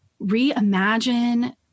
reimagine